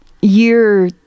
year